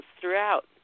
throughout